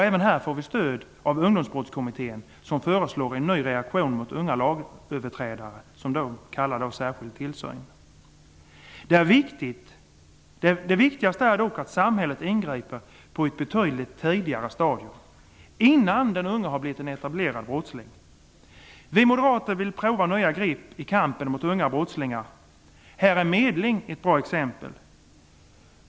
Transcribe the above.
Även här får vi stöd av Ungdomsbrottskommittén som föreslår en ny reaktion mot unga lagöverträdare som de kallar särskild tillsyn. Det viktigaste är dock att samhället ingriper på ett betydligt tidigare stadium innan den unge har blivit en etablerad brottsling. Vi moderater vill prova nya grepp i kampen mot unga brottslingar. Här är medling ett bra exempel.